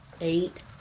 Eight